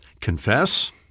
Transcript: Confess